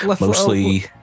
mostly